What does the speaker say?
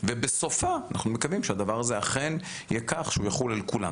ובסופה אנחנו מקווים שהדבר הזה אכן יהיה כך שהוא יחול על כולם.